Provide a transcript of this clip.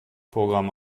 programm